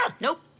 Nope